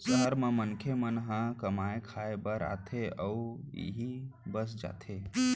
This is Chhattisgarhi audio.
सहर म मनखे मन ह कमाए खाए बर आथे अउ इहें बस जाथे